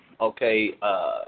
okay